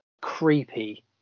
creepy